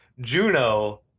Juno